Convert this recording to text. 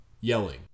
Yelling